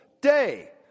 day